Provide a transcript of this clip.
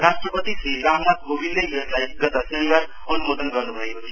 राष्ट्रिपति श्री रामनाथ कोबिन्दले यसलाई गत शनिवार अनुमोदन गर्नु भएको थियो